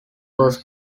was